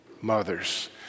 mothers